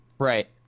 Right